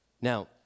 Now